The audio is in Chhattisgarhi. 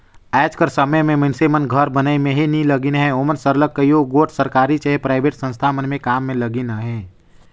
आएज कर समे में मइनसे मन घर बनई में ही नी लगिन अहें ओमन सरलग कइयो गोट सरकारी चहे पराइबेट संस्था मन में काम में लगिन अहें